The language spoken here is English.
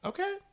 Okay